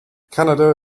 canada